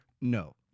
No